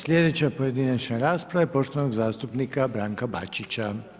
Sljedeća pojedinačna rasprava je poštovanog zastupnika Branka Bačića.